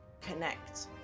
connect